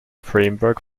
framework